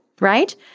Right